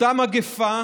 אותה מגפה